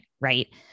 right